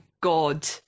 God